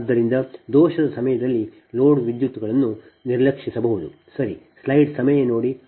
ಆದ್ದರಿಂದ ದೋಷದ ಸಮಯದಲ್ಲಿ ಲೋಡ್ ವಿದ್ಯುತ್ಗಳು ಅದನ್ನು ನಿರ್ಲಕ್ಷಿಸಬಹುದು ಸರಿ